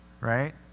Right